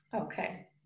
Okay